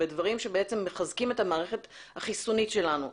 בדברים שבעצם מחזקים את המערכת החיסונית שלנו.